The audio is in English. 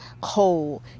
cold